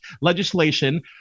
legislation